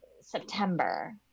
September